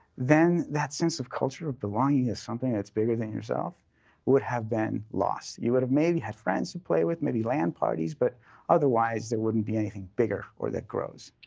then that sense of culture of belonging is something that's bigger than yourself would have been lost. you would have maybe had friends to play with, many lan parties, but otherwise, there wouldn't be anything bigger or that grows.